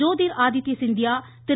Jyotir Aditya Scindia Thiru